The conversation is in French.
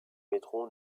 métro